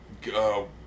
Go